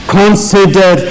consider